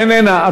איננה.